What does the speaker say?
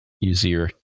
easier